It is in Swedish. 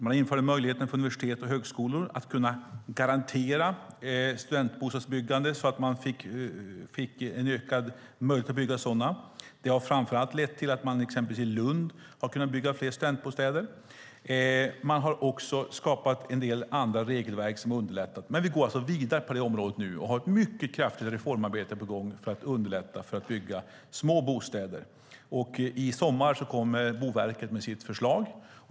Man införde möjligheten för universitet och högskolor att kunna garantera studentbostadsbyggande så att man fick en ökad möjlighet att bygga sådana. Det har framför allt lett till att man exempelvis i Lund har kunnat bygga fler studentbostäder. Man har också skapat en del andra regelverk som underlättar. Vi går alltså vidare på det området nu och har ett mycket kraftigt reformarbete på gång för att underlätta byggandet av små bostäder. I sommar kommer Boverket med sitt förslag.